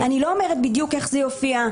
אני לא אומרת בדיוק איך זה יופיע.